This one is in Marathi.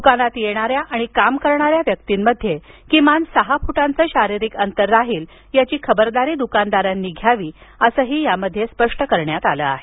दुकानात येणाऱ्या आणि काम करणाऱ्या व्यक्तींमध्ये किमान सहा फुटांचं शारीरिक अंतर राहील याची खबरदारी दुकानदारांनी घ्यावी असं ही यामध्ये स्पष्ट करण्यात आलं आहे